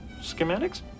schematics